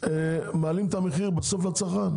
מעלים את המחיר בסוף לצרכן.